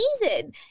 season